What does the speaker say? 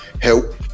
help